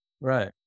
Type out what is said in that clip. Right